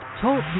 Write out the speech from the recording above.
Talk